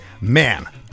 Man